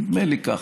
נדמה לי ככה.